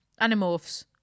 animorphs